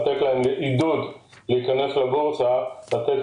לתת להן עידוד להיכנס לבורסה ולכן אני מציע